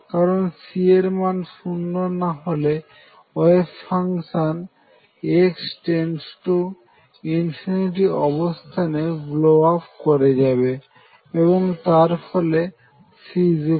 কারণ C এর মান শূন্য না হলে ওয়েভ ফাংশন x→∞ অবস্থানে ব্ল আপ করে যাবে এবং তার ফলে C0